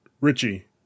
Richie